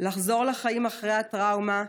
לחזור לחיים אחרי הטראומה,